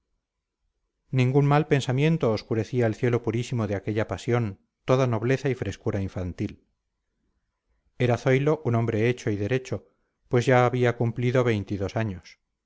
ningún mal pensamiento obscurecía el cielo purísimo de aquella pasión toda nobleza y frescura infantil era zoilo un hombre hecho y derecho pues ya había cumplido veintidós años